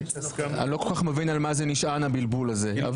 אני לא כל כך מבין על מה נשען הבלבול הזה.